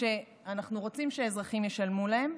שאנחנו רוצים שאזרחים ישלמו להן,